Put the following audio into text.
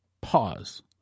pause